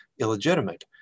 illegitimate